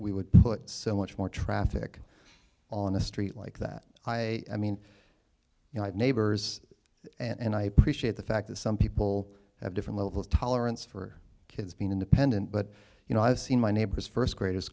we would put so much more traffic on a street like that i mean you know neighbors and i appreciate the fact that some people have different levels tolerance for kids being independent but you know i've seen my neighbors first graders